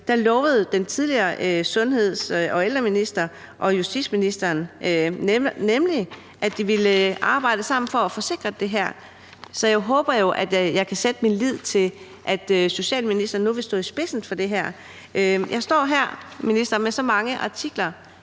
Der lovede den tidligere sundheds- og ældreminister og justitsministeren nemlig, at de ville arbejde sammen for at få sikret det her, så jeg håber jo, at jeg kan sætte min lid til, at socialministeren nu vil stå i spidsen for det her. Jeg står her, minister, med så mange artikler